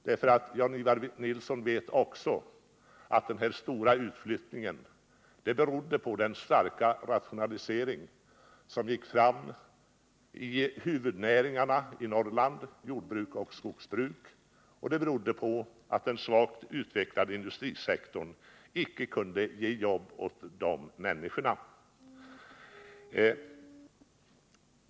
Också Jan-Ivan Nilsson vet att den stora utflyttningen berodde på den starka rationalisering som gick fram i huvudnäringarna i Norrland, jordbruk och skogsbruk, och på att den svagt utvecklade industrisektorn inte kunde ge jobb åt människorna.